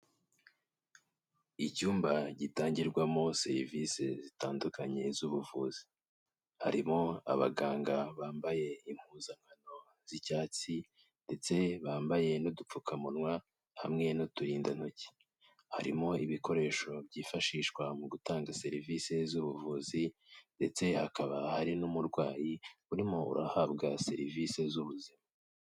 Icyumba gitangirwamo serivise zitandukanye z'ubuvuzi. Harimo abaganga bambaye impuzankano z'icyatsi ndetse bambaye n'udupfukamunwa, hamwe n'uturindantoki. Harimo ibikoresho byifashishwa mu gutanga serivise z'ubuvuzi ndetse hakaba hari n'umurwayi urimo urahabwa serivise z'ubuzima.